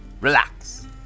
relax